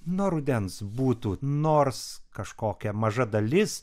nuo rudens būtų nors kažkokia maža dalis